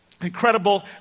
incredible